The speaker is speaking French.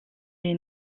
est